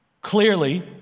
clearly